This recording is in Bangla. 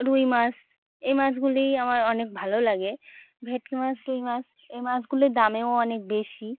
রুই মাছ এই মাছগুলিই আমার অনেক ভালো লাগে ভেটকি মাছ রুই মাছ এই মাছগুলি দামেও অনেক বেশি